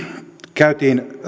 käytiin